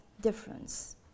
difference